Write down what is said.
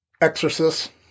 Exorcist